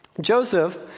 Joseph